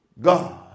God